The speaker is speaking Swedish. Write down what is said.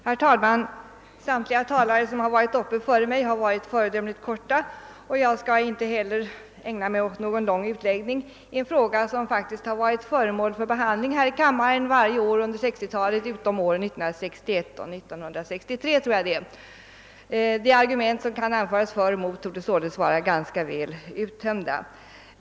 Herr talman! Samtliga talare som varit uppe före mig har yttrat sig föredömligt kortfattat, och inte heller jag skall ägna mig åt någon lång utläggning i en fråga som faktiskt varit föremål för behandling här i kammaren varje år under 1960-talet utom åren 1961 och 1963, tror jag. De argument som kan anföras för och emot torde således vara ganska väl uttömda.